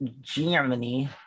germany